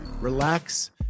relax